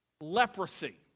Leprosy